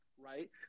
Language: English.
right